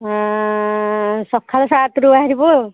ସକାଳ ସାତରୁ ବାହାରିବୁ ଆଉ